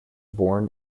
born